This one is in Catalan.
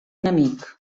enemic